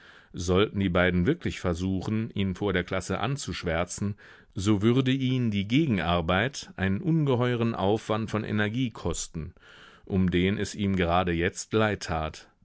sollten die beiden wirklich versuchen ihn vor der klasse anzuschwärzen so würde ihn die gegenarbeit einen ungeheuren aufwand von energie kosten um den es ihm gerade jetzt leid tat